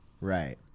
Right